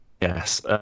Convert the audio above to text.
yes